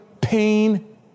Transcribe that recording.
pain